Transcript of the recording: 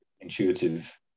intuitive